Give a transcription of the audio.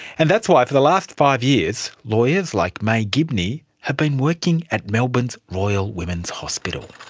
and that's why for the last five years lawyers like maie gibney have been working at melbourne's royal women's hospital.